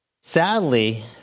Sadly